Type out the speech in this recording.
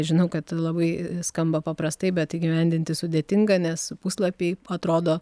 žinau kad labai skamba paprastai bet įgyvendinti sudėtinga nes puslapiai atrodo